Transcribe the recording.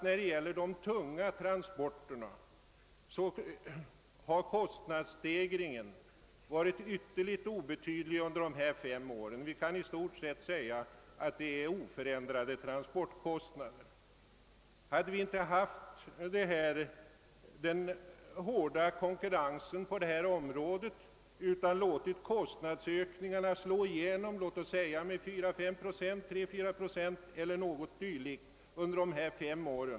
När det gäller de tunga transporterna har kostnadsstegringen varit ytterligt obetydlig under dessa fem år; vi har på detta område haft i stort sett oförändrade kostnader. Utan den hårda konkurrensen på detta område hade kostnadsökningarna kanske slagit igenom med, låt oss säga, 3 till 5 procent om året under dessa fem år.